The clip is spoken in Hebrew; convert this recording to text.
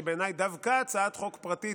שבעיניי דווקא הצעת חוק פרטית,